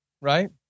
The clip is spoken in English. Right